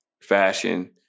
fashion